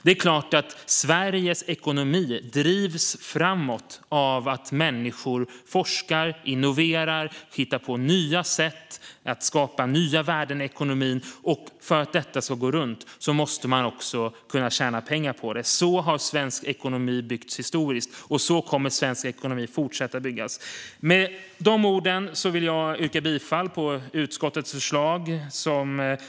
Det är klart att Sveriges ekonomi drivs framåt av att människor forskar, innoverar och hittar på nya sätt att skapa nya värden i ekonomin, och för att detta ska gå runt måste man också kunna tjäna pengar på det. Så har svensk ekonomi byggts historiskt, och så kommer svensk ekonomi att fortsätta byggas. Med de orden vill jag yrka bifall till utskottets förslag.